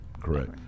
correct